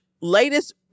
latest